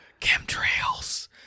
chemtrails